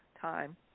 time